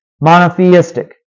monotheistic